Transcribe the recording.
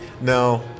No